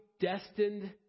destined